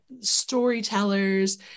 storytellers